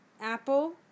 Apple